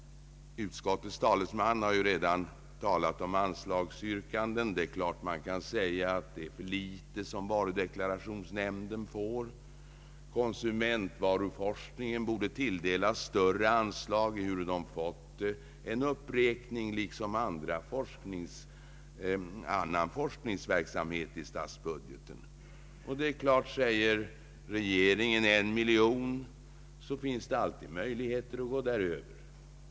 Utskottets talesman har redan berört anslagsyrkandena, och det är klart att man kan säga att varudeklarationsnämnden får för litet pengar, att konsumentvaruforskningen borde tilldelas större anslag, ehuru den liksom annan forskningsverksamhet fått en uppräkning i statsbudgeten. Det är klart att om regeringen säger en miljon, så finns det alltid möjlighet att bjuda över.